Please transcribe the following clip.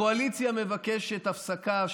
הקואליציה מבקשת הפסקה,